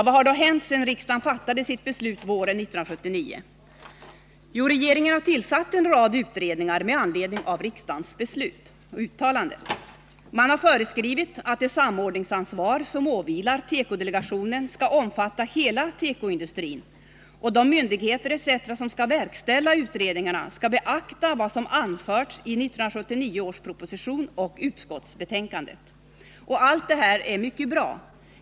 Vad har då hänt sedan riksdagen fattade sitt beslut våren 1979? Jo, regeringen har tillsatt en rad utredningar med anledning av riksdagens uttalande. Man har föreskrivit att det samordningsansvar som åvilar tekodelegationen skall omfatta hela tekoindustrin, och de myndigheter som skall verkställa utredningarna skall beakta vad som anförts i 1979 års proposition och i utskottsbetänkandet. Allt det här är mycket bra.